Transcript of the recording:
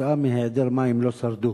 שכתוצאה מהיעדר מים לא שרדו.